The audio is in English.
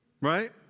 Right